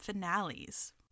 finales